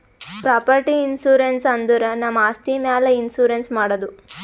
property insurance ಅಂದುರ್ ನಮ್ ಆಸ್ತಿ ಮ್ಯಾಲ್ ಇನ್ಸೂರೆನ್ಸ್ ಮಾಡದು